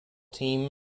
team